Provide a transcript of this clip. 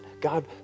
God